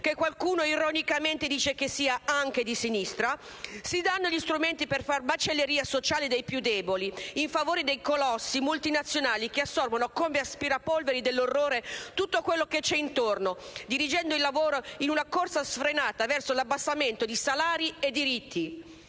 che qualcuno ironicamente dice che sia anche di sinistra, si danno gli strumenti per far macelleria sociale dei più deboli, in favore dei grandi colossi multinazionali che assorbono come aspirapolveri dell'orrore tutto quello che c'è intorno, dirigendo il lavoro in una corsa sfrenata verso l'abbassamento di salari e diritti!